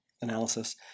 analysis